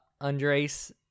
Andres